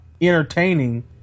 entertaining